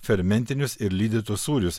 fermentinius ir lydytus sūrius